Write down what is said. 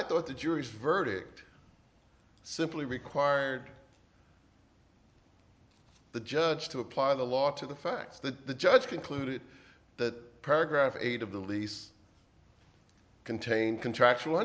i thought the jury's verdict simply required the judge to apply the law to the facts the judge concluded that paragraph eight of the lease contained contractual